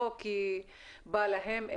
לא כי לא בא להם,